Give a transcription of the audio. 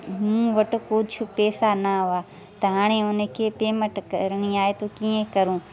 मूं वटि कुछ पैसा न हुआ त हाणे हुन खे पेमेंट करणी आहे त कीअं कयूं